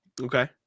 Okay